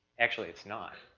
actually, it's not,